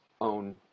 own